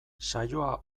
saioa